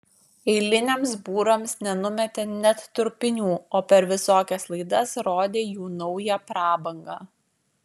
eiliniams būrams nenumetė net trupinių o per visokias laidas rodė jų naują prabangą